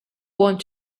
want